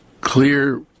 clear